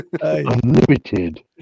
Unlimited